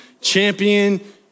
champion